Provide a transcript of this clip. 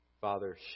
Father